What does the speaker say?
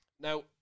Now